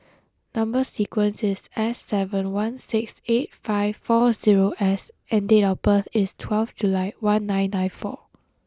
number sequence is S seven one six eight five four zero S and date of birth is twelve July one nine nine four